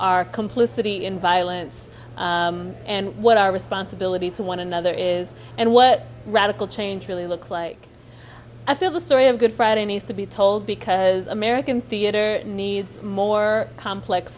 our complicity in violence and what our responsibility to one another is and what radical change really looks like i feel the story of good friday needs to be told because american theater needs more complex